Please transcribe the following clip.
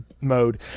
mode